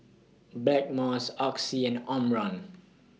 Blackmores Oxy and Omron